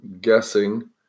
guessing